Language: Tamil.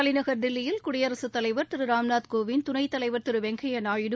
தலைநகர் தில்லியில் குடியரசுத் தலைவர் திரு ராம்நாத் கோவிந்த் துணைத்தலைவர் திரு வெங்கையா நாயுடு